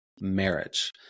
marriage